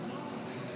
אדוני